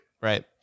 Right